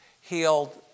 healed